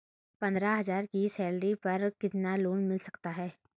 पंद्रह हज़ार की सैलरी पर कितना लोन मिल सकता है?